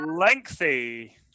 Lengthy